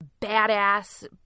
badass